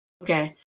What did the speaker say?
Okay